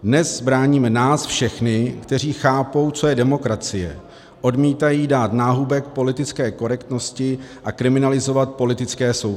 Dnes bráníme nás všechny, kteří chápou, co je demokracie, odmítají dát náhubek politické korektnosti a kriminalizovat politické soupeře.